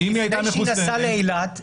לפני שהיא נסעה לאילת,